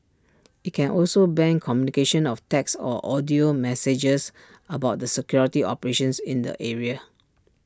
IT can also ban communication of text or audio messages about the security operations in the area